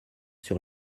sur